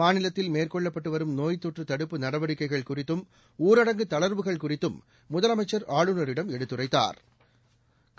மாநிலத்தில் மேற்கொள்ளப்பட்டு வரும் நோய்த்தொற்று தடுப்பு நடவடிக்கைகள் குறித்தும் ஊரடங்கு தளா்வுகள் குறித்தும் முதலமைச்சா் ஆளுநரிடம் எடுத்துரைத்தாா்